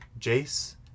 Jace